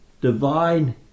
divine